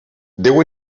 déu